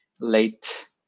late